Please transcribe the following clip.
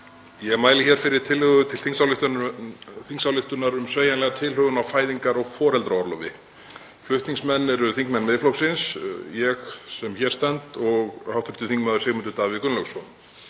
Ég mæli hér fyrir tillögu til þingsályktunar um sveigjanlega tilhögun á fæðingar- og foreldraorlofi. Flutningsmenn eru þingmenn Miðflokksins, ég sem hér stend og hv. þm. Sigmundur Davíð Gunnlaugsson.